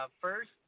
First